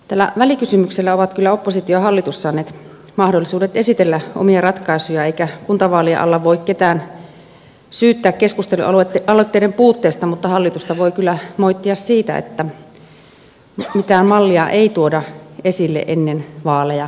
tällä välikysymyksellä ovat kyllä oppositio ja hallitus saaneet mahdollisuudet esitellä omia ratkaisujaan eikä kuntavaalien alla voi ketään syyttää keskustelualoitteiden puutteesta mutta hallitusta voi kyllä moittia siitä että mitään mallia ei näköjään tuoda esille ennen vaaleja